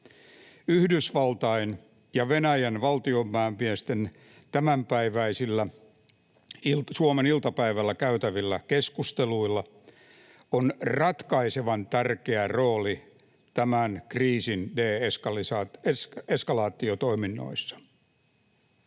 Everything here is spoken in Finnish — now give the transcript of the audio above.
Yhdysvaltain ja Venäjän valtionpäämiesten tämänpäiväisillä, Suomen aikaa iltapäivällä käytävillä keskusteluilla on ratkaisevan tärkeä rooli tämän kriisin de-eskalaatiotoiminnoissa.